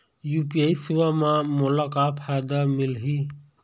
UPI सेवा म मोला का फायदा मिलही?